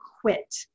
quit